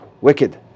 Wicked